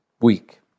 week